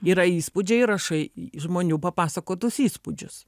yra įspūdžiai rašai žmonių papasakotus įspūdžius